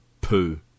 poo